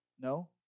No